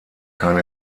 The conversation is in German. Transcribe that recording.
kein